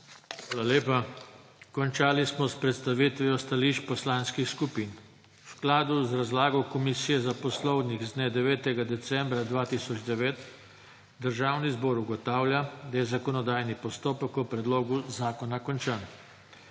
Hvala lepa. Končali smo s predstavitvijo stališč poslanskih skupin. V skladu z razlago Komisije za poslovnik z dne 9. decembra 2009 Državni zbor ugotavlja, da je zakonodajni postopek o predlogu zakona končan.